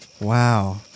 Wow